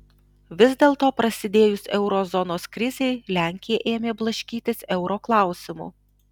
vis dėlto prasidėjus euro zonos krizei lenkija ėmė blaškytis euro klausimu